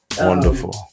Wonderful